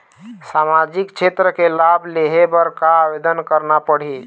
सामाजिक क्षेत्र के लाभ लेहे बर का आवेदन करना पड़ही?